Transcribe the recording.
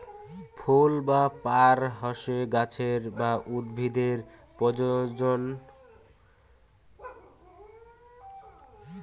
ফুল বা পার হসে গাছের বা উদ্ভিদের প্রজনন আকটি অংশ